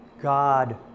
God